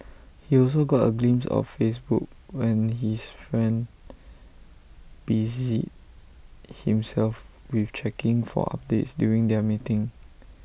he also got A glimpse of Facebook when his friend busied himself with checking for updates during their meeting